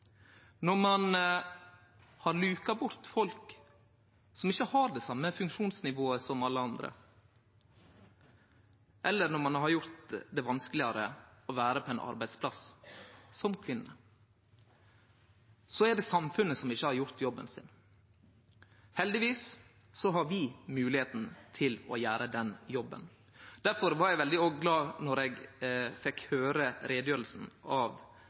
Når ein har luka bort folk som ikkje har det same funksjonsnivået som alle andre, eller når ein har gjort det vanskelegare å vere på ein arbeidsplass som kvinne, er det samfunnet som ikkje har gjort jobben sin. Heldigvis har vi moglegheita til å gjere den jobben. Difor var eg òg veldig glad då eg fekk